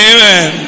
Amen